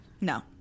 No